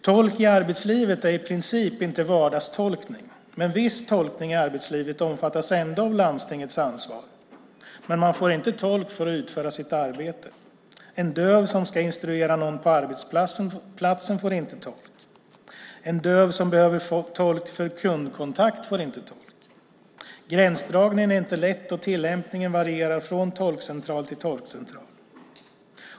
Tolkning i arbetslivet är i princip inte vardagstolkning. Viss tolkning i arbetslivet omfattas ändå av landstingets ansvar. Men man får inte tolk för att utföra sitt arbete. En döv som ska instruera någon på arbetsplatsen får inte tolk. En döv som behöver tolk för kundkontakt får inte tolk. Gränsdragningen är inte lätt, och tillämpningen varierar från tolkcentral till tolkcentral.